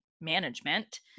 management